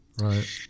Right